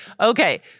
Okay